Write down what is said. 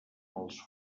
els